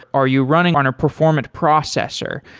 are you running on a performance processor?